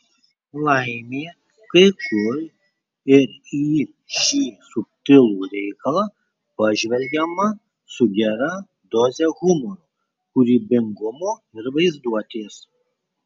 laimė kai kur ir į šį subtilų reikalą pažvelgiama su gera doze humoro kūrybingumo ir vaizduotės